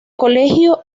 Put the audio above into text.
colegio